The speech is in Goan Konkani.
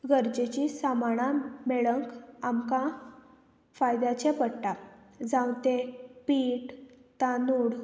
गरजेची सामाळां मेळक आमकां फायद्याचें पडटा जावं ते पीठ तांदूळ